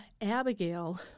Abigail